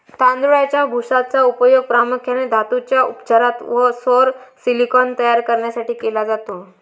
तांदळाच्या भुशाचा उपयोग प्रामुख्याने धातूंच्या उपचारात व सौर सिलिकॉन तयार करण्यासाठी केला जातो